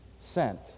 sent